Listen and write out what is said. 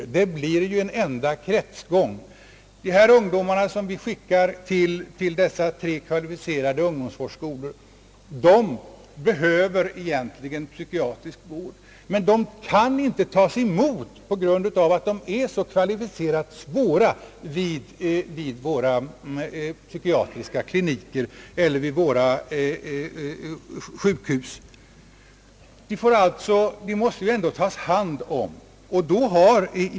Det blir ju en enda kretsgång. En del av de ungdomar, som vi skickar till dessa tre kvalificerade ungdomsvårdsskolor, behöver egentligen psykiatrisk vård, men de kan inte tas emot vid våra psykiatriska kliniker eller sjukhus på grund av att de är så kvalificerat svåra att ha att göra med. Men de måste ändå tas om hand.